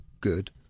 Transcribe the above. good